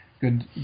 good